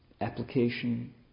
application